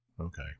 okay